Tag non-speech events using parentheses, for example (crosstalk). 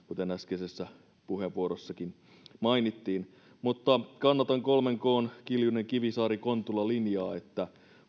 (unintelligible) kuten äskeisessä puheenvuorossakin mainittiin mutta kannatan kolmen kn kiljunen kivisaari kontula linjaa että